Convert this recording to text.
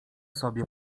sobie